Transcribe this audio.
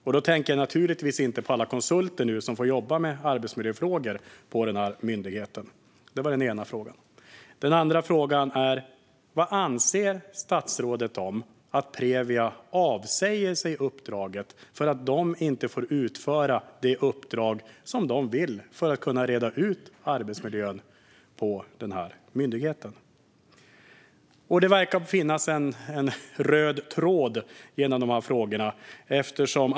Jag tänker då naturligtvis inte på alla konsulter som får jobba med arbetsmiljöfrågor på myndigheten. Det var den ena frågan. Den andra frågan är: Vad anser statsrådet om att Previa avsäger sig uppdraget för att det inte får utföra det uppdrag som det vill för att kunna reda ut arbetsmiljön på myndigheten? Det verkar finnas en röd tråd genom frågorna.